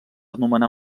nomenar